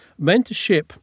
Mentorship